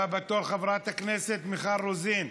הבאה בתור, חברת הכנסת מיכל רוזין.